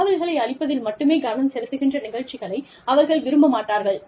தகவல்களை அளிப்பதில் மட்டுமே கவனம் செலுத்துகின்ற நிகழ்ச்சிகளை அவர்கள் விரும்ப மாட்டார்கள்